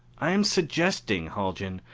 i am suggesting, haljan,